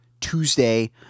Tuesday